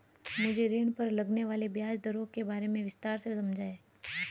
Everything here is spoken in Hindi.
मुझे ऋण पर लगने वाली ब्याज दरों के बारे में विस्तार से समझाएं